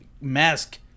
mask